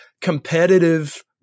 competitive